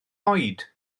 oed